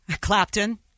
Clapton